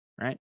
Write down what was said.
Right